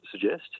suggest